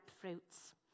fruits